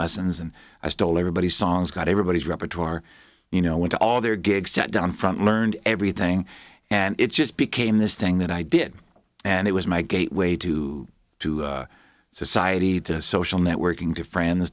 lessons and i stole everybody's songs got everybody's repertoire you know went to all their gigs sat down front learned everything and it just became this thing that i did and it was my gateway to to society to social networking to friends